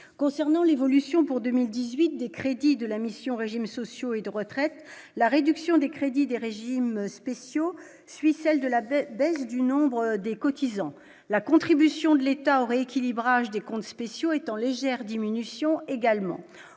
concernant l'évolution pour 2018, des crédits de la mission régimes sociaux et de retraite, la réduction des crédits des régimes spéciaux suit celle de l'avait baisse du nombre des cotisants, la contribution de l'État au rééquilibrage des comptes spéciaux est en légère diminution également,